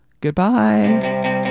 Goodbye